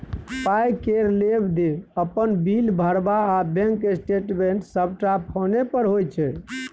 पाइ केर लेब देब, अपन बिल भरब आ बैंक स्टेटमेंट सबटा फोने पर होइ छै